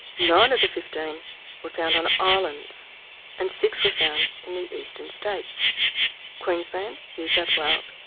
nine of the fifteen were found on islands and six were found in the eastern states queensland, new south wales,